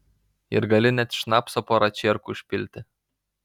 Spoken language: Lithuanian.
ir gali net šnapso porą čierkų užpilti